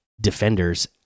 defenders